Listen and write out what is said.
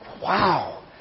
wow